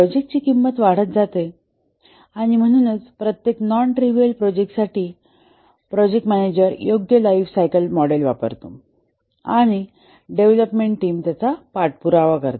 project ची किंमत वाढते आणि म्हणूनच प्रत्येक नॉन ट्रिव्हल प्रोजेक्ट साठी प्रोजेक्ट मॅनेजर योग्य लाइफसायकल मॉडेल वापरतो आणि डेव्हलपमेंट टीम त्याचा पाठपुरावा करते